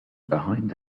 behind